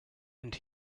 and